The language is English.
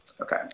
Okay